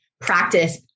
practice